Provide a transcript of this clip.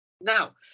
Now